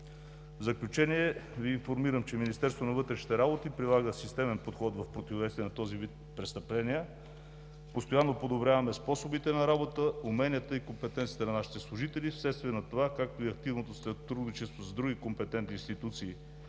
В заключение Ви информирам, че Министерството на вътрешните работи прилага системен подход за противодействие на този вид престъпления. Постоянно подобряваме способите на работа, уменията и компетенциите на нашите служители, вследствие на това, както и активното сътрудничество с други компетентни институции